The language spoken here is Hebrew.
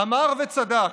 אמר וצדק.